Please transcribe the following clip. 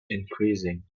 increasing